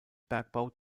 bergbau